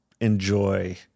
enjoy